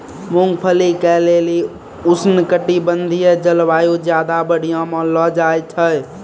मूंगफली के लेली उष्णकटिबंधिय जलवायु ज्यादा बढ़िया मानलो जाय छै